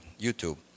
YouTube